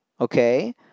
okay